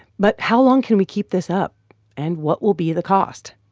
but how long can we keep this up and what will be the cost?